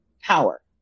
power